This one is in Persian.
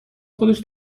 خودش